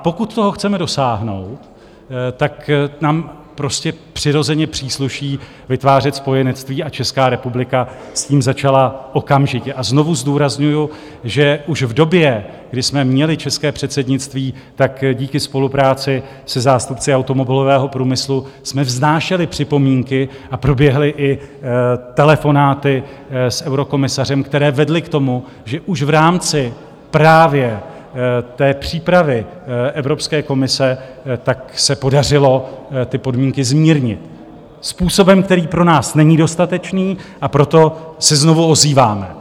Pokud toho chceme dosáhnout, tak nám přirozeně přísluší vytvářet spojenectví, a Česká republika s tím začala okamžitě, a znovu zdůrazňuji, že už v době, kdy jsme měli české předsednictví, díky spolupráci se zástupci automobilového průmyslu jsme vznášeli připomínky a proběhly i telefonáty s eurokomisařem, které vedly k tomu, že už v rámci právě přípravy Evropské komise se podařilo podmínky zmírnit způsobem, který pro nás není dostatečný, a proto se znovu ozýváme.